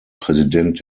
präsident